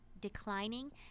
declining